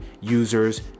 Users